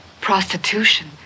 prostitution